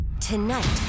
Tonight